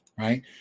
right